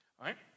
right